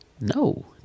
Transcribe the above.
No